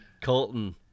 Colton